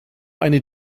eine